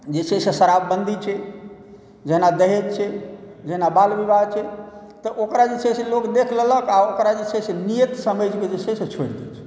जे छै से शराबबन्दी छै जेना दहेज़ छै जेना बालविवाह छै तऽ ओकरा जे छै लोक देख लेलक ओकरा जे छै से नियत समझिकऽ छोड़ि देलक